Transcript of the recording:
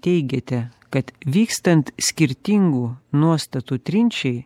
teigiate kad vykstant skirtingų nuostatų trinčiai